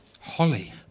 Holly